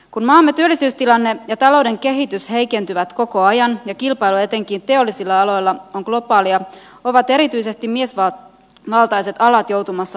kun maamme työllisyystilanne ja talouden kehitys heikentyvät koko ajan ja kilpailu etenkin teollisilla aloilla on globaalia ovat erityisesti miesvalta maltaiset alat joutumassa